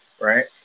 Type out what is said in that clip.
right